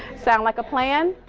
sounds like a plan.